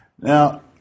Now